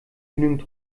genügend